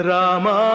Rama